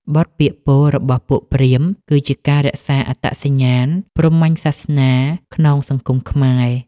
បទពាក្យពោលរបស់ពួកព្រាហ្មណ៍ គឺជាការរក្សាអត្តសញ្ញាណព្រហ្មញ្ញសាសនាក្នុងសង្គមខ្មែរ។